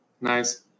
Nice